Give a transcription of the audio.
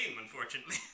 unfortunately